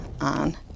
on